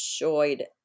enjoyed